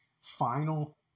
final